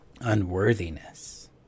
unworthiness